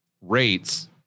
rates